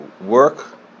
work